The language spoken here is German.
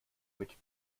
mit